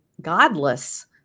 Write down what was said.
godless